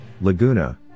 Laguna